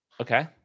Okay